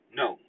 no